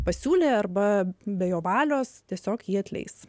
pasiūlė arba be jo valios tiesiog jį atleis